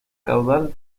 caudal